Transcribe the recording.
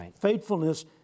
Faithfulness